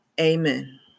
Amen